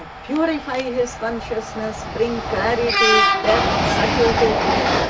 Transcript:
ah purify his consciousness, bring clarity, depth, subtlety to it.